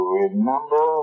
remember